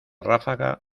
ráfaga